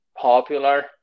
popular